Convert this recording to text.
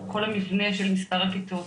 כל המבנה של מספר הכיתות.